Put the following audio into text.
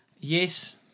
Yes